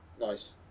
Nice